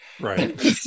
Right